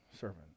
servant